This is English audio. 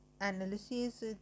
analysis